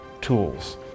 tools